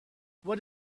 what